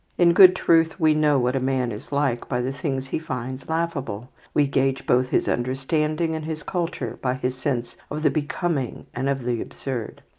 in good truth, we know what a man is like by the things he finds laughable, we gauge both his understanding and his culture by his sense of the becoming and of the absurd.